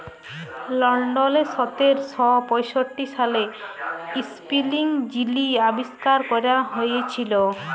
লল্ডলে সতের শ পঁয়ষট্টি সালে ইস্পিলিং যিলি আবিষ্কার ক্যরা হঁইয়েছিল